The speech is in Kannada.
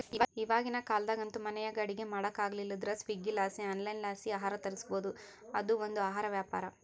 ಇವಾಗಿನ ಕಾಲದಾಗಂತೂ ಮನೆಯಾಗ ಅಡಿಗೆ ಮಾಡಕಾಗಲಿಲ್ಲುದ್ರ ಸ್ವೀಗ್ಗಿಲಾಸಿ ಆನ್ಲೈನ್ಲಾಸಿ ಆಹಾರ ತರಿಸ್ಬೋದು, ಅದು ಒಂದು ಆಹಾರ ವ್ಯಾಪಾರ